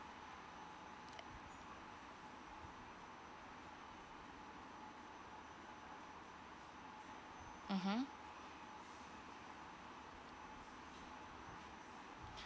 mmhmm